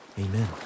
amen